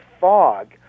fog